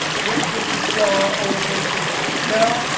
just as we saw over in excel,